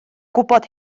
gwybod